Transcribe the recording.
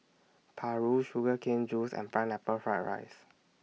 Paru Sugar Cane Juice and Pineapple Fried Rice